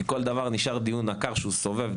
כי כל דבר נשאר דיון עקר שהוא סובב.